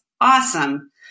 awesome